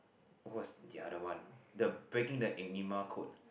what's the other one the breaking the Enigma code